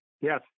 Yes